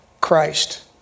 Christ